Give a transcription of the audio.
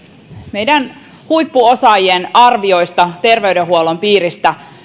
meidän huippuosaajien arvioista terveydenhuollon piiristä